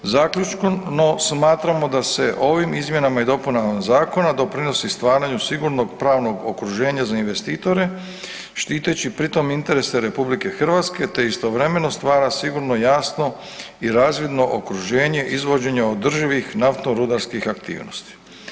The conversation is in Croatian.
Zaključno smatramo da se ovim izmjenama i dopunama zakona doprinosi stvaranju sigurnog pravnog okruženja za investitore štiteći pritom interese RH, te istovremeno stvara sigurno, jasno i razvidno okruženje izvođenje održivih naftno-rudarskih aktivnosti.